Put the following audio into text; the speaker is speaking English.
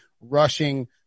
rushing